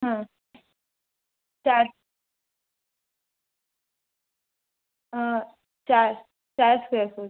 चार चार चार स्क्वेअर फूट